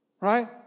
right